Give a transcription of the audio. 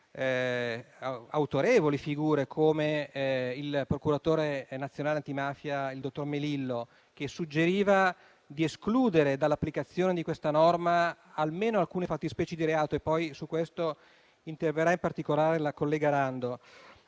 autorevoli figure, come il procuratore nazionale antimafia, il dottor Melillo, che suggeriva di escludere dall'applicazione di questa norma almeno alcune fattispecie di reato, sulle quali interverrà in particolare la collega Rando.